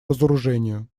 разоружению